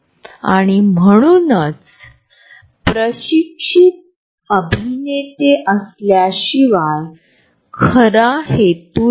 २ ते ३६ मीटर आहे सार्वजनिक क्षेत्र या मर्यादेपेक्षा पुढे आहे